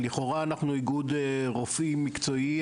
לכאורה אנחנו איגוד רופאים מקצועי,